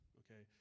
okay